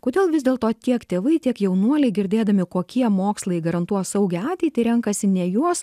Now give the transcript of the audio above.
kodėl vis dėl to tiek tėvai tiek jaunuoliai girdėdami kokie mokslai garantuos saugią ateitį renkasi ne juos